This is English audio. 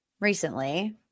recently